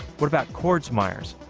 what about cords meyers